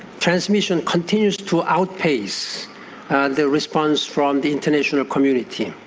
transmission continues to outpace the response from the international community.